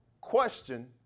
question